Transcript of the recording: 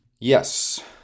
Yes